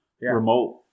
remote